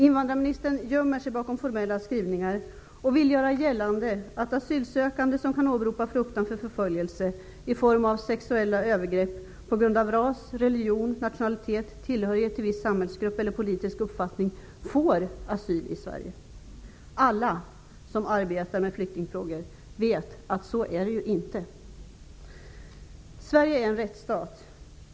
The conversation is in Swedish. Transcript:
Invandrarministern gömmer sig bakom formella skrivningar. Hon vill göra gällande att asylsökande som kan åberopa fruktan för förföljelse i form av sexuella övergrepp på grund av ras, religion, nationalitet, tillhörighet till viss samhällsgrupp eller politisk uppfattning får asyl i Sverige. Alla som arbetar med flyktingfrågor vet att så är det ju inte. Sverige är en rättsstat.